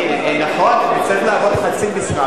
נכון, הוא יצטרך לעבוד חצי משרה.